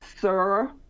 Sir